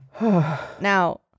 now